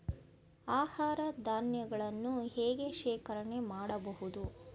ಆಹಾರ ಧಾನ್ಯಗಳನ್ನು ಹೇಗೆ ಶೇಖರಣೆ ಮಾಡಬಹುದು?